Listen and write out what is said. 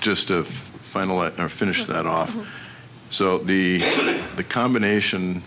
just a final and finish that off so the combination